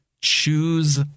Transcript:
choose